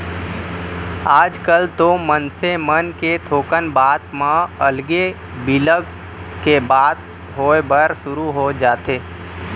आजकल तो मनसे मन के थोकन बात म अलगे बिलग के बात होय बर सुरू हो जाथे